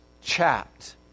chapped